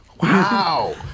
wow